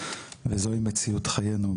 וזוהי מציאות חיינו.